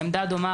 עמדה דומה,